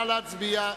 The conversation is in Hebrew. נא להצביע.